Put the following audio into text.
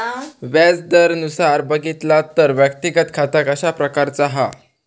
व्याज दरानुसार बघितला तर व्यक्तिगत खाता कशा प्रकारचा हा?